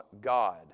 God